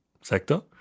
sector